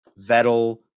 Vettel